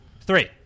Three